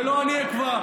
ולא אני אקבע.